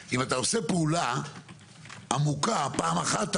אם אתה עושה פעולה עמוקה פעם אחת אתה